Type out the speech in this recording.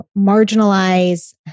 marginalize